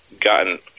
gotten